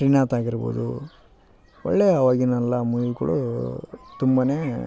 ಶ್ರೀನಾಥ ಆಗಿರಬೋದು ಒಳ್ಳೆಯ ಅವಾಗಿನೆಲ್ಲ ಮೂವಿಗುಳು ತುಂಬನೇ